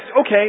okay